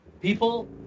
People